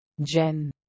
Jen